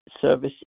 service